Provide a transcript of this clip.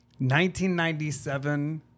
1997